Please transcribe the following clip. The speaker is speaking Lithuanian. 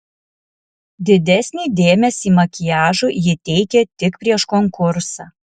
didesnį dėmesį makiažui ji teikė tik prieš konkursą